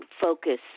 focus